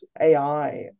AI